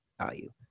value